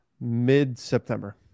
Mid-September